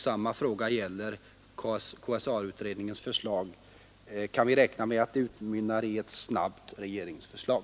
Samma fråga gäller KSA-utredningens förslag. Kan vi räkna med att det utmynnar i ett snabbt regeringsförslag?